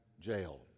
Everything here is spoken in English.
jail